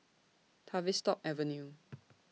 Tavistock Avenue